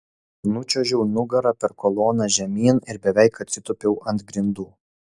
nučiuožiau nugara per koloną žemyn ir beveik atsitūpiau ant grindų